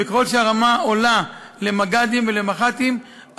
וככל שהרמה עולה למג"דים ולמח"טים,